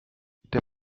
der